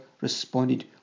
responded